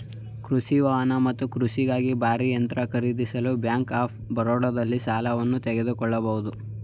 ಕೃಷಿ ವಾಹನ ಮತ್ತು ಕೃಷಿಗಾಗಿ ಭಾರೀ ಯಂತ್ರ ಖರೀದಿಸಲು ಬ್ಯಾಂಕ್ ಆಫ್ ಬರೋಡದಲ್ಲಿ ಸಾಲವನ್ನು ತೆಗೆದುಕೊಳ್ಬೋದು